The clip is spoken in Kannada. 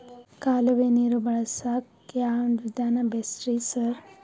ಕಾಲುವೆ ನೀರು ಬಳಸಕ್ಕ್ ಯಾವ್ ವಿಧಾನ ಬೆಸ್ಟ್ ರಿ ಸರ್?